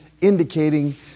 indicating